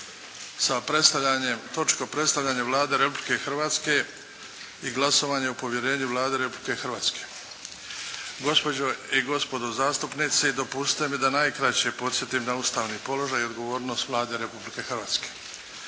sa točkom - Predstavljanje Vlade Republike Hrvatske i glasovanje o povjerenju Vladi Republike Hrvatske Gospođo i gospodo zastupnici, dopustite mi da najkraće podsjetim na ustavni položaj i odgovornost Vlade Republike Hrvatske.